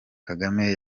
kagame